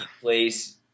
place